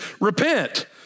repent